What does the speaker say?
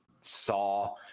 saw